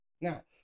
Now